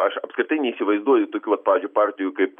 aš apskritai neįsivaizduoju tokių vat pavyzdžiui partijų kaip